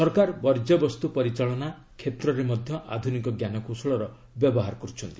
ସରକାର ବର୍ଜ୍ୟବସ୍ତୁ ପରିଚାଳନା କ୍ଷେତ୍ରରେ ମଧ୍ୟ ଆଧୁନିକ ଜ୍ଞାନକୌଶଳର ବ୍ୟବହାର କରୁଛନ୍ତି